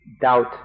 doubt